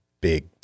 big